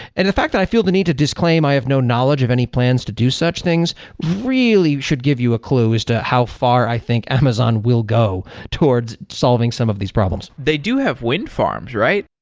and the fact i feel the need to disclaim i have no knowledge of any plans to do such things really should give you a clue as to how far i think amazon will go towards solving some of these problems. they do have windfarms, right?